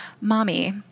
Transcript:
mommy